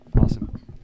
Awesome